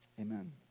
amen